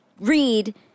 read